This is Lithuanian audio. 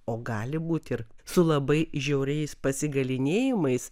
o gali būti ir su labai žiauriais pasigalynėjimais